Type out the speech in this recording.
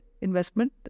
investment